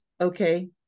Okay